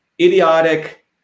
idiotic